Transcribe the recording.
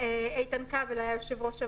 איתן כבל היה יושב-ראש הוועדה.